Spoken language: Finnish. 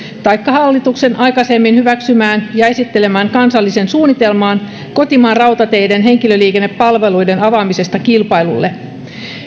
taikka hallituksen aikaisemmin hyväksymään ja esittelemään kansalliseen suunnitelmaan kotimaan rautateiden henkilöliikennepalveluiden avaamisesta kilpailulle